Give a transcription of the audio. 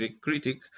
critic